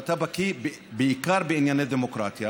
אתה בקי בענייני דמוקרטיה